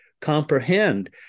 comprehend